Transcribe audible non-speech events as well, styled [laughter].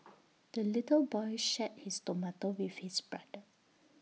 [noise] the little boy shared his tomato with his brother